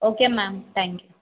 okay ma'am thank you